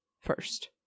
first